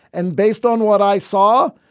and based on what i saw,